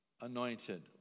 Anointed